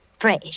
fresh